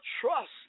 trust